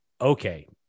okay